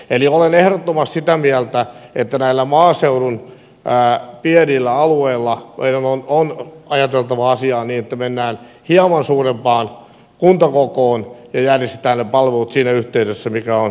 eli olen ehdottomasti sitä mieltä että näillä maaseudun pienillä alueilla meidän on ajateltava asiaa niin että mennään hieman suurempaan kuntakokoon ja järjestetään ne palvelut siinä yhteydessä mikä on itselle lähellä